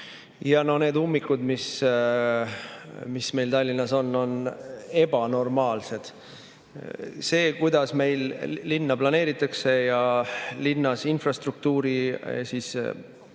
ja need ummikud, mis meil Tallinnas on, on ebanormaalsed. See, kuidas meil linna planeeritakse ja linnas infrastruktuuri nii‑öelda